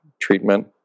treatment